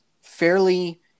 fairly